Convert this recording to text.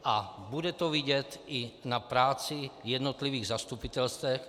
A bude to vidět i na práci jednotlivých zastupitelstev.